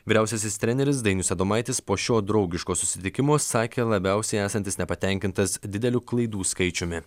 vyriausiasis treneris dainius adomaitis po šio draugiško susitikimo sakė labiausiai esantis nepatenkintas dideliu klaidų skaičiumi